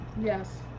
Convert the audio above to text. Yes